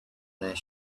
their